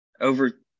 over